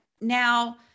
Now